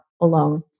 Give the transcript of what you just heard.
alone